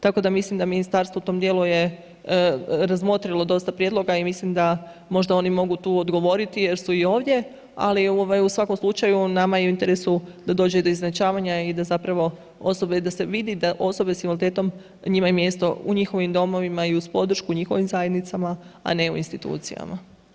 Tako da mislim da ministarstvo u tom djelu je razmotrilo dosta prijedloga i mislim da možda mogu oni tu odgovoriti jer su i ovdje, ali u svakom slučaju nama je u interesu da dođe do izjednačavanja i da zapravo se vidi da osobe sa invaliditetom njima je mjesto u njihovim domovima i uz podršku njihovim zajednicama a ne u institucijama.